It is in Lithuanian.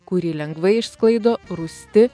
kurį lengvai išsklaido rūsti